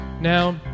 Now